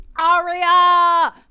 Aria